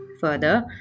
Further